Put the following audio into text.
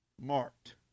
marked